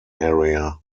area